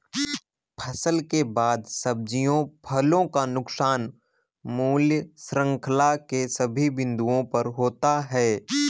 फसल के बाद सब्जियों फलों का नुकसान मूल्य श्रृंखला के सभी बिंदुओं पर होता है